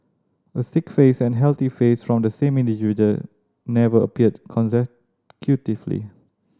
a sick face and healthy face from the same individual never appeared consecutively